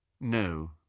No